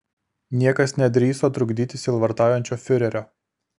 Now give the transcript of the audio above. niekas nedrįso trukdyti sielvartaujančio fiurerio